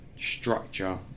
structure